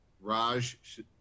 raj